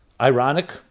ironic